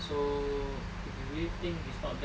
so if you really think it's not that